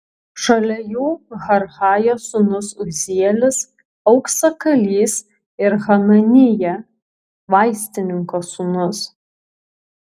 šalia jų harhajos sūnus uzielis auksakalys ir hananija vaistininko sūnus